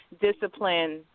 discipline